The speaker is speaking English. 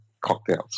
cocktails